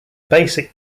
basic